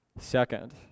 Second